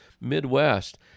Midwest